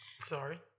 Sorry